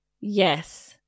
yes